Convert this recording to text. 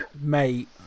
Mate